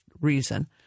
reason